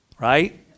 right